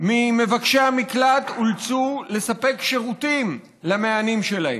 ממבקשי המקלט אולצו לספק שירותים למענים שלהם,